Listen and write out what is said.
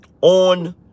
on